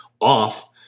off